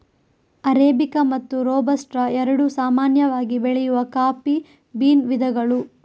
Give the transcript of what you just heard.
arabica ಮತ್ತು robusta ಎರಡು ಸಾಮಾನ್ಯವಾಗಿ ಬೆಳೆಯುವ ಕಾಫಿ ಬೀನ್ ವಿಧಗಳು